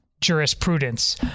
jurisprudence